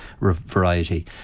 variety